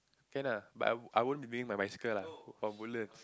can lah but I I won't bring my bicycle lah or Woodlands